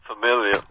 familiar